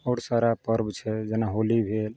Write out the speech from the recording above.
आओर सारा पर्व छै जेना होली भेल